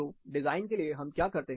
तो डिजाइन के लिए हम क्या करते हैं